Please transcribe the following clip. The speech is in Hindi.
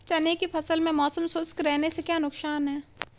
चने की फसल में मौसम शुष्क रहने से क्या नुकसान है?